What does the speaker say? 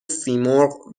سیمرغ